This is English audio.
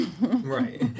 Right